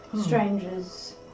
strangers